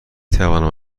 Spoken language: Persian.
توانم